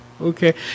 okay